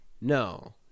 No